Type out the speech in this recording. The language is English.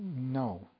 No